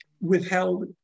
withheld